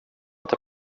inte